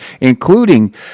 including